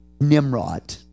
Nimrod